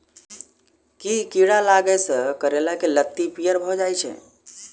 केँ कीड़ा लागै सऽ करैला केँ लत्ती पीयर भऽ जाय छै?